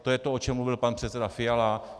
To je to, o čem mluvil pan předseda Fiala.